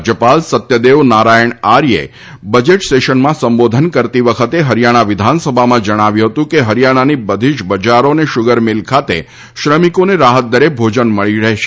રાજ્યપાલ સત્યદેવ નારાયણ આર્ચે બજેટ સેશનમાં સંબોધન કરતી વખતે હરિયાણા વિધાનસભામાં જણાવ્યુ હતુ કે હરિયાણાની બધી જ બજારો અને શુગર મિલ ખાતે શ્રમિકોને રાહત દરે ભોજન મળી રહેશે